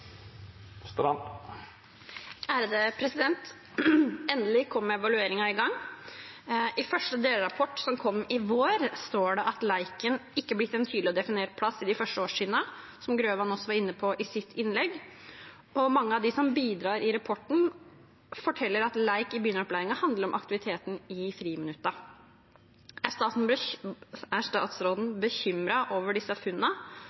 Endelig kom evalueringen i gang. I første delrapport, som kom i vår, står det at leken ikke er blitt gitt en tydelig og definert plass i de første årstrinnene, som Grøvan også var inne på i sitt innlegg, og mange av dem som bidrar i rapporten, forteller at lek i begynneropplæringen handler om aktiviteten i friminuttene. Er statsråden bekymret over disse